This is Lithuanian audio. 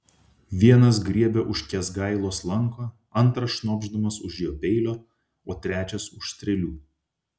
vienas griebia už kęsgailos lanko antras šnopšdamas už jo peilio o trečias už strėlių